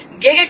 gig